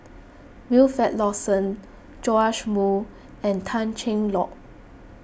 Wilfed Lawson Joash Moo and Tan Cheng Lock